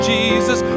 Jesus